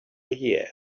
year